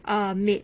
ah 没